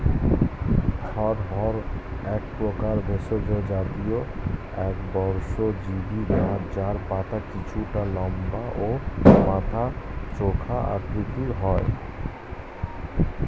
অড়হর একপ্রকার ভেষজ জাতীয় একবর্ষজীবি গাছ যার পাতা কিছুটা লম্বা ও মাথা চোখা আকৃতির হয়